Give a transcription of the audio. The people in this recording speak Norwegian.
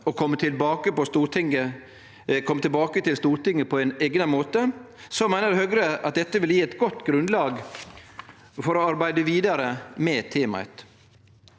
og kome tilbake til Stortinget på eigna måte, meiner Høgre at det vil gje eit godt grunnlag for å arbeide vidare med temaet.